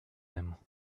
them